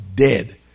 dead